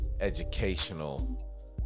educational